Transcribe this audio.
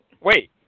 Wait